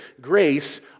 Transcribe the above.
grace